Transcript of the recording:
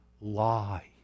lie